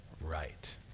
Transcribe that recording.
right